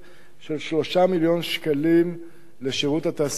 של 3 מיליון שקלים לשירות התעסוקה.